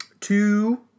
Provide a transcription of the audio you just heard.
two